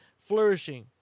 flourishing